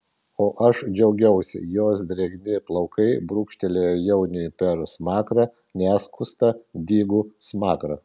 o aš džiaugiausi jos drėgni plaukai brūkštelėjo jauniui per smakrą neskustą dygų smakrą